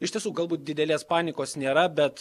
iš tiesų galbūt didelės panikos nėra bet